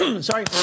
sorry